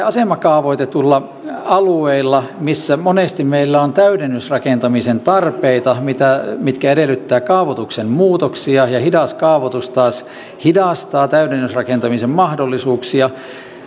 asemakaavoitetuilla alueilla missä monesti meillä on täydennysrakentamisen tarpeita mitkä mitkä edellyttävät kaavoituksen muutoksia ja hidas kaavoitus taas hidastaa täydennysrakentamisen mahdollisuuksia